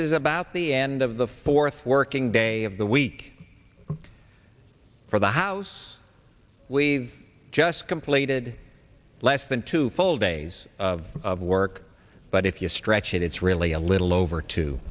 is about the end of the fourth working day of the week for the house we've just completed less than two full days of work but if you stretch it it's really a little over two